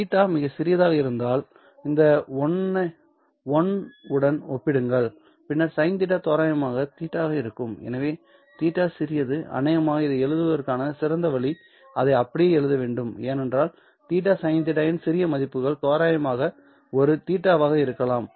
θ மிகச் சிறியதாக இருந்தால் இந்த 1 உடன் ஒப்பிடுங்கள் பின்னர் sinθ தோராயமாக θ ஆக இருக்கும் எனவே θ சிறியது அநேகமாக இதை எழுதுவதற்கான சிறந்த வழிஅதை அப்படியே எழுத அனுமதிக்கிறேன் ஏனென்றால் θ sinθ இன் சிறிய மதிப்புகள் தோராயமாக ஒரு θ வாக இருக்கலாம்